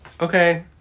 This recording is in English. okay